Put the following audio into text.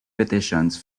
petitions